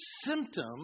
symptom